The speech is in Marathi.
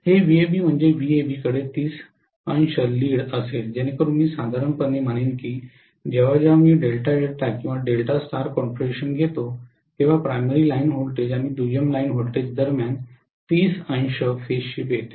हे व्हीएबी म्हणजेच व्हीएबीकडे 300 lead लीड असेल जेणेकरून मी साधारणपणे म्हणेन की जेव्हा जेव्हा मी डेल्टा डेल्टा किंवा डेल्टा स्टार कॉन्फिगरेशन घेतो तेव्हा प्राइमरी लाईन व्होल्टेज आणि दुय्यम लाइन व्होल्टेज दरम्यान 300 फेज शिफ्ट येते